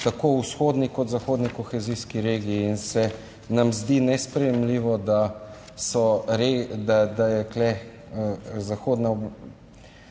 tako v vzhodni kot zahodni kohezijski regiji in se nam zdi nesprejemljivo, da je tu zahodna regija